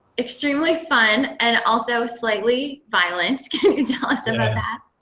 extremely fun, and also slightly violent. can you tell us about that?